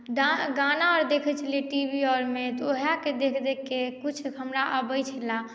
डा गाना आओर देखैत छलियै टीवी आओरमे तऽ उएहके देख देखके किछु हमरा अबैत छले